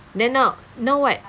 then now now what